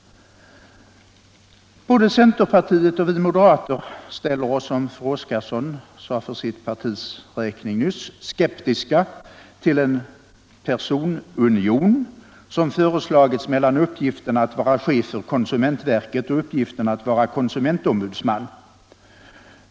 Både centerpartiet och vi moderater ställer oss, som fru Oskarsson sade för sitt partis räkning nyss, skeptiska till den personunion som föreslagits mellan uppgiften att vara chef för konsumentverket och uppgiften att vara konsumentombudsman.